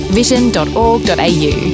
vision.org.au